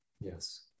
Yes